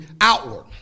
outward